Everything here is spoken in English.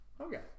Okay